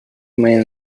when